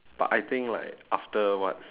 but I think like after what